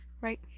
right